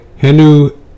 Henu